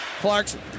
Clarkson